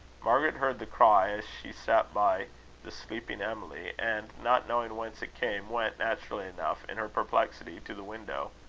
margaret heard the cry as she sat by the sleeping emily and, not knowing whence it came, went, naturally enough, in her perplexity, to the window.